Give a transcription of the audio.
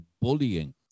bullying